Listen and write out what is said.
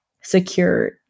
secure